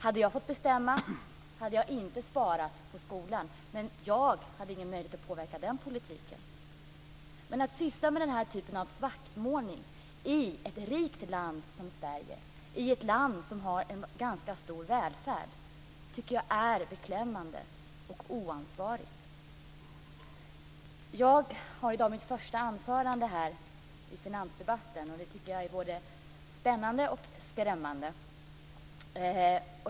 Hade jag fått bestämma hade jag inte sparat på skolan. Men jag hade ingen möjlighet att påverka den politiken. Men att syssla med den typen av svartmålning i ett rikt land som Sverige, i ett land som har en ganska stor välfärd, tycker jag är beklämmande och oansvarigt. Jag håller i dag mitt första anförande här i finansdebatten. Det tycker jag är både spännande och skrämmande.